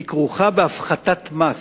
היא כרוכה בהפחתת מס.